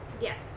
Yes